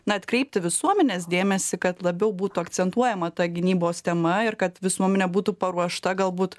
na atkreipti visuomenės dėmesį kad labiau būtų akcentuojama ta gynybos tema ir kad visuomenė būtų paruošta galbūt